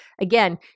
again